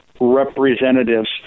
representatives